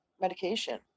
medication